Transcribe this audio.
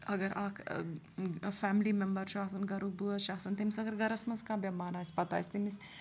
اگر اَکھ family member چھُ آسان گَرُک بٲژ چھِ آسان تٔمِس اگر گَرَس منٛز کانٛہہ بٮ۪مار آسہِ پَتہٕ آسہِ تٔمِس